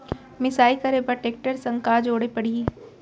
मिसाई करे बर टेकटर संग का जोड़े पड़ही?